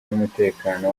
n’umutekano